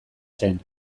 zen